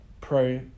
pro